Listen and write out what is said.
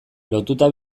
lotuta